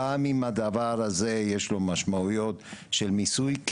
גם אם הדבר הזה יש לו משמעויות של מיסוי,